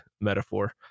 metaphor